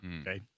Okay